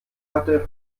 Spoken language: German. hatte